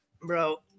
Bro